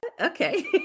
Okay